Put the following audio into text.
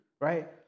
right